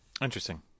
Interesting